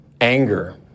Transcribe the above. anger